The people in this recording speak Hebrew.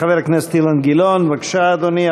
חבר הכנסת אילן גילאון, בבקשה, אדוני.